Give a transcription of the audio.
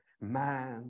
man